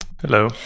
Hello